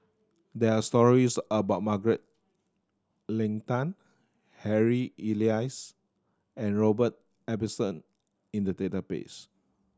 there are stories about Margaret Leng Tan Harry Elias and Robert Ibbetson in the database